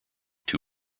two